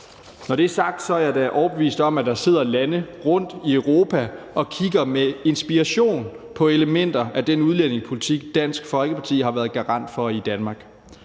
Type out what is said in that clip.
Når det er sagt, er jeg da overbevist om, at der er lande rundtomkring i Europa, der kigger med inspiration på elementer af den udlændingepolitik, Dansk Folkeparti har været garant for i Danmark.